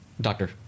doctor